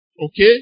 Okay